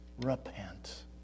repent